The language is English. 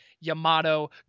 yamato